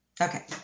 Okay